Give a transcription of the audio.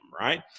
right